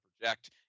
project